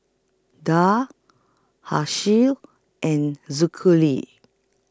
Dhia and